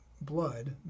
blood